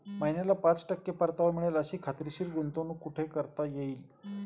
महिन्याला पाच टक्के परतावा मिळेल अशी खात्रीशीर गुंतवणूक कुठे करता येईल?